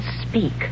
speak